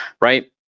right